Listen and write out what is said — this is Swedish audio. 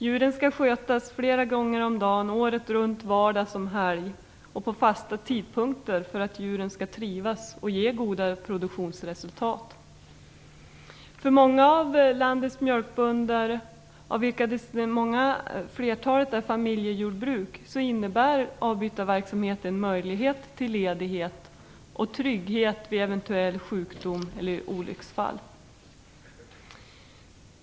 Djuren skall skötas flera gånger om dagen, året runt, vardag som helg, och på fasta tidpunkter för att djuren skall trivas och ge goda produktionsresultat. För många av landets mjölkbönder, av vilka visserligen flertalet är familjejordbrukare, innebär avbytarverksamheten möjlighet till ledighet och trygghet vid eventuell sjukdom eller olycksfall.